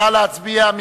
נא להצביע.